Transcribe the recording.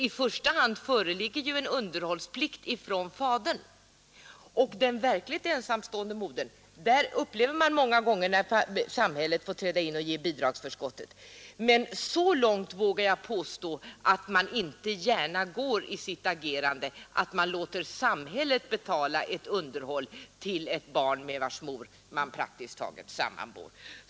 I första hand föreligger ju en underhållsplikt från fadern, och man upplever många gånger att samhället får träda in och ge bidragsförskott till den verkligt ensamstående modern, men jag vågar påstå att fäder inte gärna går så långt i sitt agerande att de låter samhället betala underhåll till ett barn med vars mor de praktiskt taget sammanbor.